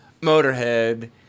Motorhead